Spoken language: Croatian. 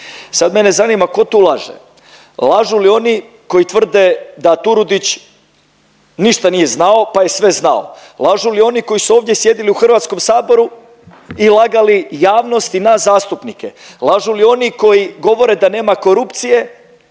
Sad mene zanima tko tu laže? Lažu li oni koji tvrde da Turudić ništa nije znao, pa je sve znao? Lažu li oni koji su ovdje sjedili u Hrvatskom saboru i lagali javnost i nas zastupnike? Lažu li oni koji govore da nema korupcije,